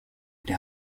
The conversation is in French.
les